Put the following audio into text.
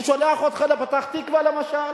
אני שולח אותך לפתח-תקווה, למשל.